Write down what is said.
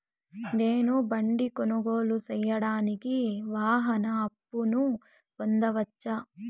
నేను బండి కొనుగోలు సేయడానికి వాహన అప్పును పొందవచ్చా?